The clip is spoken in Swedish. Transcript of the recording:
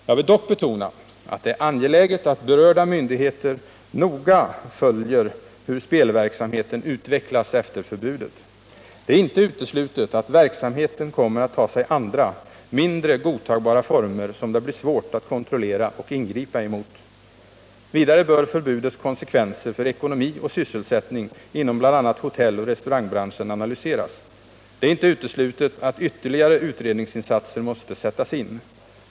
Jag vill dock betona att det är angeläget att berörda myndigheter noga följer hur spelverksamheten utvecklas efter förbudet. Det är inte uteslutet att verksamheten kommer att ta sig andra, mindre godtagbara former, som det blir svårt att kontrollera och ingripa emot. Vidare bör förbudets konsekvenser för ekonomi och sysselsättning inom bl.a. hotelloch restaurangbranschen analyseras. Det är inte uteslutet att ytterligare utredningsinsatser måste göras.